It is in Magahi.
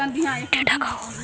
टीडा का होव हैं?